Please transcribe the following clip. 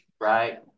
right